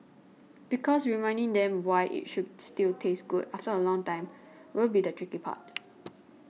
because reminding them why it should still taste good after a long time will be the tricky part